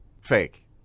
fake